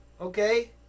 okay